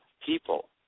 people